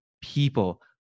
people